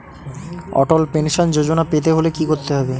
অটল pension Yojana পেতে হলে কি করতে হবে?